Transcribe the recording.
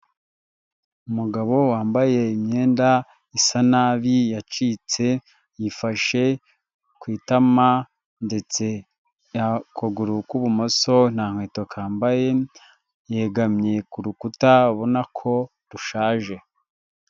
Umugabo wambaye imyenda isa nabi yacitse yifashe ku itama ndetse ukuguru kw'ibumoso nta nkweto kambaye yegamye ku rukuta ubona ko rushaje.